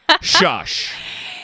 shush